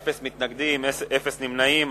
אין מתנגדים, אין נמנעים.